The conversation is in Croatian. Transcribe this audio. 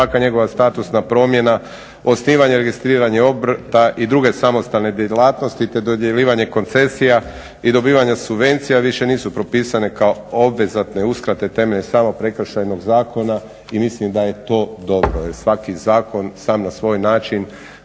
svaka njegova statusna promjena, osnivanje i registriranje obrta i druge samostalne djelatnosti te dodjeljivanje koncesija i dobivanja subvencija više nisu propisane kao obvezatne uskrate temeljem stava Prekršajnog zakona i mislim da je to dobro jer svaki zakon sam na svoj način